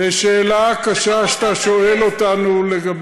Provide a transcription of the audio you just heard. זה דבר שצריך לתקן.